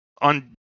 on